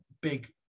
big